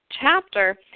chapter